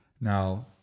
Now